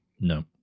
No